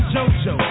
JoJo